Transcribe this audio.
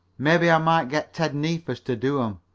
maybe i might get ted neefus to do em,